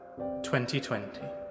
2020